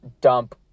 dump